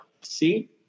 See